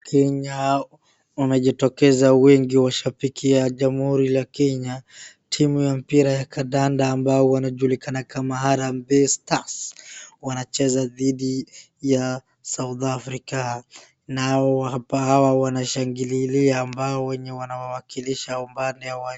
Kenya wamejitokeza wengi washabikia jamhuri la Kenya. Timu ya mpira ya kandanda ambayo wanajulikana kama Harambee Stars wanacheza dhidi ya South Africa nao hapa hawa wanashangililia ambayo wenye wanawashikilia.